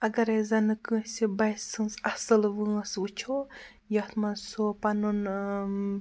اَگرٔے أسۍ زَن کٲنٛسہِ بَچہِ سٕنٛز اصٕل وٲنٛس وُچھو یَتھ منٛز سُہ پَنُن ٲں